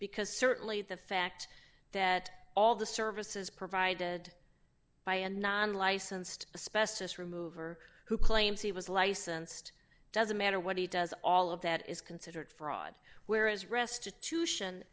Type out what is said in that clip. because certainly the fact that all the services provided by a non licensed specif remover who claims he was licensed doesn't matter what he does all of that is considered fraud whereas restitution